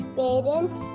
parents